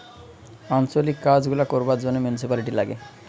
আঞ্চলিক কাজ গুলা করবার জন্যে মিউনিসিপালিটি লাগে